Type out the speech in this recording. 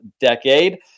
decade